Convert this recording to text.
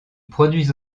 produisent